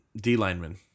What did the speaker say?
D-lineman